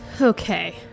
Okay